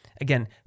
again